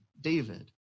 David